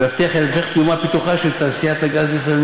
ולהבטיח את המשך קיומה ופיתוחה של תעשיית הגז בישראל,